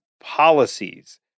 policies